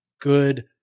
good